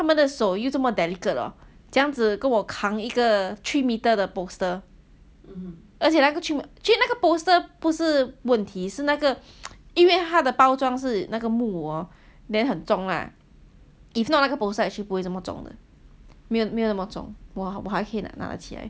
他们他们的手又这么 delicate 怎样子跟我扛一个 three meter 的 poster 而且 actually 那个 poster 不是问题是那个因为他的包装是那个木 hor then 很重 lah if not 那个 poster 是不会这么重的没有没有那么重 !wah! 我还给你拿得起来